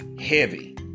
heavy